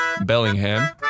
Bellingham